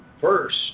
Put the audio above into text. first